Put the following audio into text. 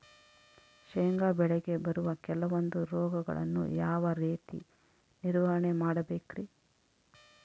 ಶೇಂಗಾ ಬೆಳೆಗೆ ಬರುವ ಕೆಲವೊಂದು ರೋಗಗಳನ್ನು ಯಾವ ರೇತಿ ನಿರ್ವಹಣೆ ಮಾಡಬೇಕ್ರಿ?